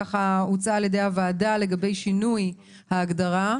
שהוצעו על ידי הוועדה לגבי שינוי ההגדרה.